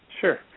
Sure